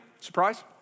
surprise